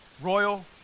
royal